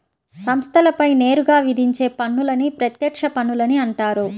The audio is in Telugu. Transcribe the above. సంస్థలపై నేరుగా విధించే పన్నులని ప్రత్యక్ష పన్నులని అంటారు